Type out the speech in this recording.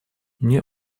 мне